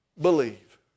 believe